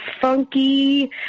funky